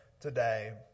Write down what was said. today